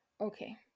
Okay